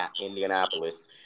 Indianapolis